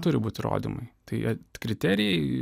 turi būti įrodymai tai kriterijai